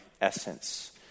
essence